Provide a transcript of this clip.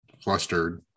flustered